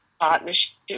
partnership